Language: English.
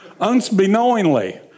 Unbeknowingly